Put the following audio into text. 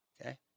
Okay